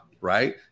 right